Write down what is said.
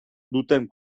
duten